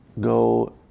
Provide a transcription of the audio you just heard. go